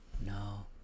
No